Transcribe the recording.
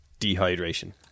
dehydration